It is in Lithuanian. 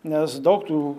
nes daug tų